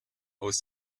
aus